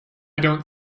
don’t